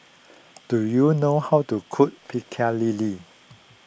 do you know how to cook Pecel Lele